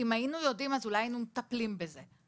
אם היינו יודעים, אולי היינו מטפלים בזה.